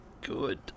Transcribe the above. good